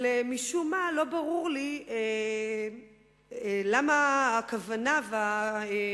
אבל משום מה לא ברור לי למה הכוונה והמטרה